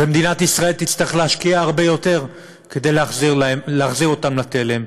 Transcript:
ומדינת ישראל תצטרך להשקיע הרבה יותר כדי להחזיר אותם לתלם.